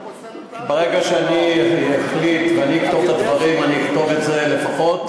ברגע שאני אחליט ואני אכתוב את הדברים אני אכתוב "לפחות".